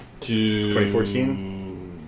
2014